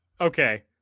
okay